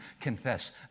confess